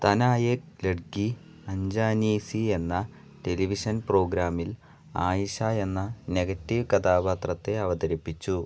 തന ഏക് ലഡ്കി അഞ്ചാനി സി എന്ന ടെലിവിഷൻ പ്രോഗ്രാമിൽ ആയിഷ എന്ന നെഗറ്റീവ് കഥാപാത്രത്തെ അവതരിപ്പിച്ചു